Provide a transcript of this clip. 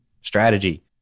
strategy